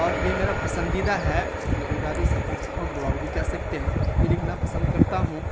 اور یہ میرا پسندیدہ ہے روداد سفر جس کو ہم بلاگ بھی کہہ سکتے ہیں کہ لکھنا پسند کرتا ہوں